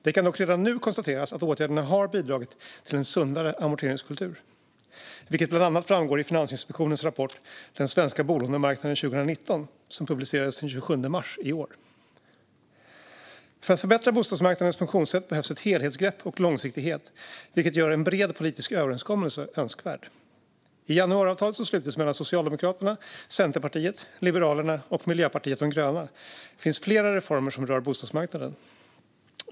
Det kan dock redan nu konstateras att åtgärderna har bidragit till en sundare amorteringskultur, vilket bland annat framgår i Finansinspektionens rapport Den svenska bolånemarknaden , som publicerades den 27 mars i år. För att förbättra bostadsmarknadens funktionssätt behövs ett helhetsgrepp och långsiktighet, vilket gör en bred politisk överenskommelse önskvärd. I januariavtalet, som slutits mellan Socialdemokraterna, Centerpartiet, Liberalerna och Miljöpartiet de gröna, finns flera reformer som rör bostadsmarknaden.